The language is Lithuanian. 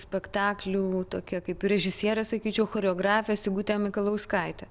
spektaklių tokia kaip režisierė sakyčiau choreografė sigutė mikalauskaitė